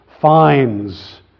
fines